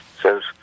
says